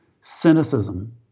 cynicism